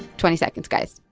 twenty. seconds, guys